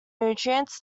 nutrients